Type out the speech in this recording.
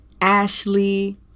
Ashley